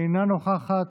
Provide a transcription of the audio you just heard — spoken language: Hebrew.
אינה נוכחת.